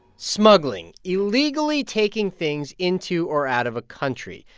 smuggling illegally taking things into or out of a country.